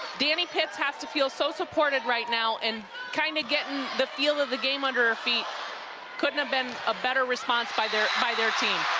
dani pitts has to feel so supported right now and kind of getting the feel of the game under her feel the couldn't have been a better response by their by their team.